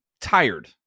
tired